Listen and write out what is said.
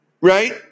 Right